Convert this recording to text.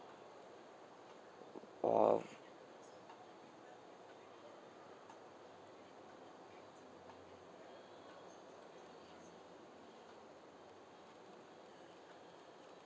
or